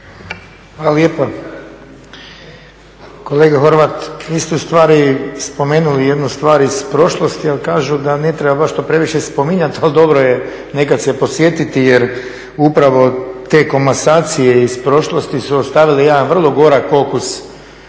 Hvala lijepa. Kolega Horvat vi ste spomenuli jednu stvar iz prošlosti, ali kažu da ne treba baš to previše spominjati, ali dobro je nekad se posjetiti jer upravo te komasacije iz prošlosti su ostavile jedan vrlo gorak okus